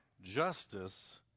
justice